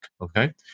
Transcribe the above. Okay